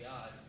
God